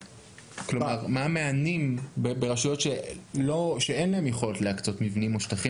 מה המענים ברשויות שאין להן יכולת להקצות מבנים או שטחים